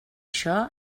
això